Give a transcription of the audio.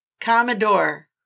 Commodore